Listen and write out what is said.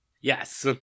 Yes